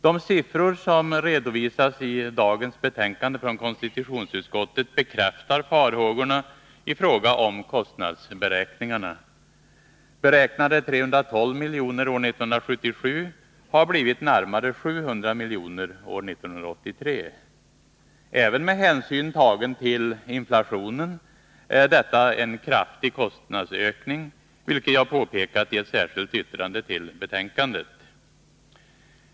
De siffror som redovisas i dagens betänkande från konstitutionsutskottet bekräftar farhågorna i fråga om kostnadsberäkningarna. Beräknade 312 miljoner år 1977 har blivit närmare 700 miljoner år 1983. Även med hänsyn tagen till inflationen är detta en kraftig kostnadsökning, vilket jag påpekat i ett särskilt yttrande till betänkandet.